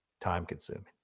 time-consuming